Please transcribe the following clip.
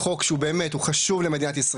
חוק שהוא באמת, הוא חשוב למדינת ישראל.